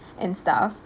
and stuff